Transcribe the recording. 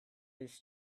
his